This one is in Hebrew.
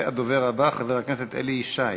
והדובר הבא, חבר הכנסת אלי ישי.